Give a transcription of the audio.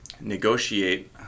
negotiate